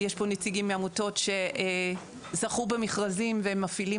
יש פה נציגים מעמותות שזכו במכרזים והם מפעילים